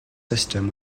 system